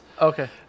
Okay